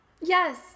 Yes